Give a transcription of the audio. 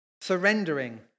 Surrendering